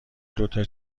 دوتا